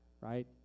Right